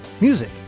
music